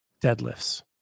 deadlifts